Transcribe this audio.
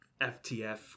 FTF